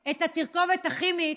את התרכובת הכימית